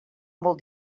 molt